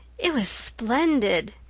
it was splendid,